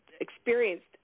experienced